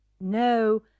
No